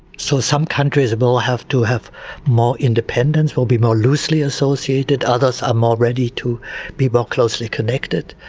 so, some countries will have to have more independence, will be more loosely associated. others are more ready to be more closely connected.